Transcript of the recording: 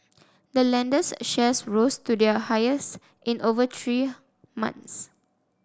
the lender's shares rose to their highest in over three months